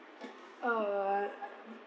uh